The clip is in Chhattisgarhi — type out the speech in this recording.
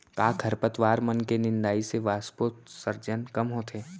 का खरपतवार मन के निंदाई से वाष्पोत्सर्जन कम होथे?